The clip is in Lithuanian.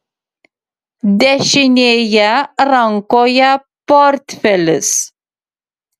dešinėje rankoje portfelis